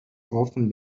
often